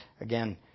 Again